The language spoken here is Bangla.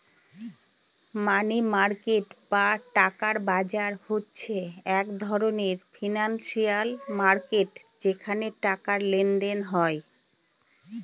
মানি মার্কেট বা টাকার বাজার হচ্ছে এক ধরনের ফিনান্সিয়াল মার্কেট যেখানে টাকার লেনদেন হয়